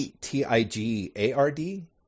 T-I-G-A-R-D